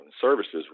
services